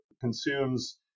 consumes